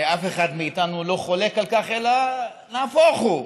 אף אחד מאיתנו לא חולק על כך אלא נהפוך הוא,